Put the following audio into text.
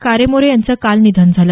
कारेमोरे यांचं काल निधन झालं